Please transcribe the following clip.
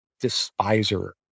despiser